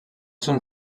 són